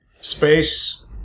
space